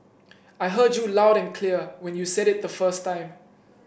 I heard you loud and clear when you said it the first time